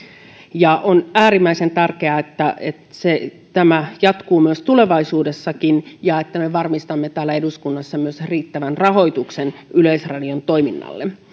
ja on äärimmäisen tärkeää että tämä jatkuu tulevaisuudessakin ja että me varmistamme täällä eduskunnassa myös riittävän rahoituksen yleisradion toiminnalle